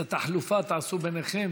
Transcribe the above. את התחלופה תעשו ביניכם,